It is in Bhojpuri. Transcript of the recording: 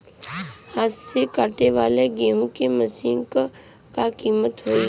हाथ से कांटेवाली गेहूँ के मशीन क का कीमत होई?